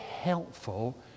helpful